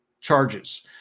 charges